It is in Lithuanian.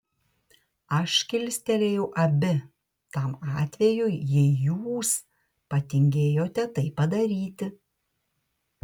aš kilstelėjau abi tam atvejui jei jūs patingėjote tai padaryti